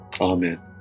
Amen